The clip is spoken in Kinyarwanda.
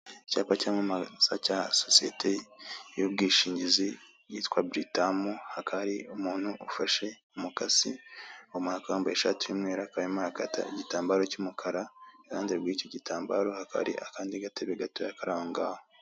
Icyapa cyamamaza cya sosiyete y'ubwishingizi yitwa buritamu, hakaba hari umuntu ufashe umukasi ubona ko yambaye ishati y'umweru akaba arimo arakata igitambaro cy'umukara, i ruhande rwicyo gitambaro hakaba hari akandi gatebe gatoya kari aho ngaho.